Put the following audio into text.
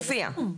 מופיע.